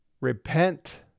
repent